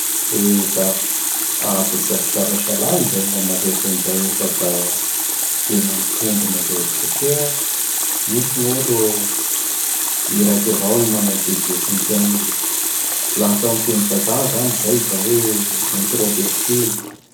Eka! Aha! Da tsy ampisalasala an zay gn' amaliko an'izay e fa da tena mitombona izay satria misy gn'olo i raiky gny manao gny vetsevotsogn piaignany. Laha atao am teny vazaha zany izay da hoe intorverti.